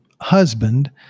Husband